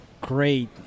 great